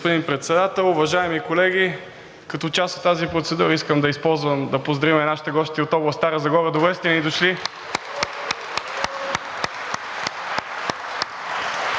господин Председател. Уважаеми колеги, като част от тази процедура искам да използвам да поздравя нашите гости от област Стара Загора. Добре сте ни дошли!